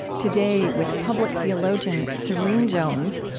today, with public theologian serene jones,